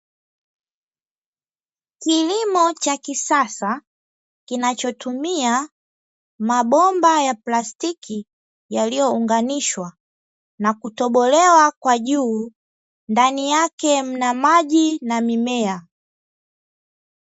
Kilimo cha kisasa, kinachotumia mabomba ya plastiki yaliyounganishwa na kutobolewa kwa juu, ndani yake mna maji na mimea.